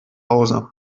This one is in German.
hause